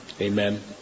Amen